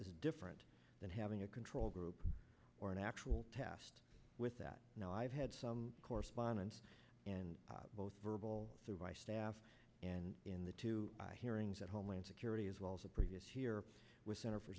is different than having a control group or an actual test with that you know i've had some correspondence and both verbal device staff and in the two hearings at homeland security as well as a previous here with center for